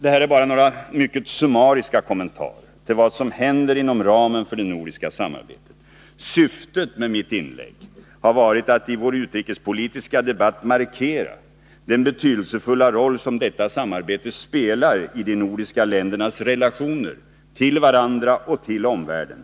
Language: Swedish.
Detta är bara några mycket summariska kommentarer till vad som händer inom ramen för det nordiska samarbetet. Syftet med mitt inlägg har varit att i vår utrikespolitiska debatt markera den betydelsefulla roll som detta samarbete spelar i de nordiska ländernas relationer till varandra och till omvärlden.